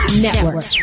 network